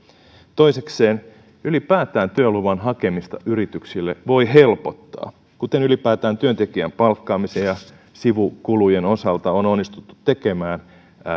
toisekseen ylipäätään työluvan hakemista yrityksille voi helpottaa kuten ylipäätään työntekijän palkkaamisen ja sivukulujen osalta on onnistuttu tekemään ja